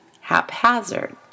haphazard